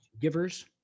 givers